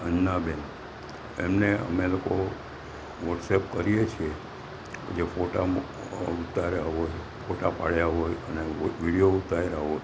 રંજના બેન એમને અમે લોકો વોટ્સએપ કરીએ છીએ જે ફોટા મ ઉતાર્યા હોય ફોટા પાડ્યા હોય અને વિડીયો ઉતાર્યા હોય